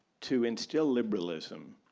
to instill liberalism,